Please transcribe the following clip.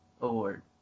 award